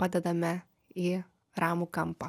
padedame į ramų kampą